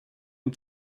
and